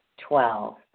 Twelve